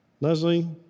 Leslie